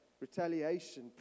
retaliation